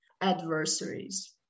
adversaries